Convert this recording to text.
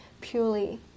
purely